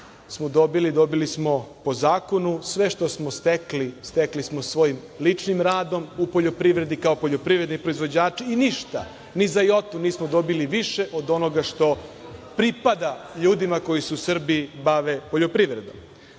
smo dobili, dobili smo po zakonu, sve što smo stekli, stekli smo svojim ličnim radom u poljoprivredi, kao poljoprivredni proizvođači, i ništa, ni za jotu, nismo dobili više od onoga što pripada ljudima koji se u Srbiji bave poljoprivredom. Znam